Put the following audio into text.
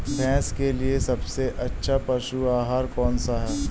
भैंस के लिए सबसे अच्छा पशु आहार कौन सा है?